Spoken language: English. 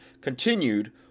continued